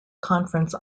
conference